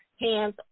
hands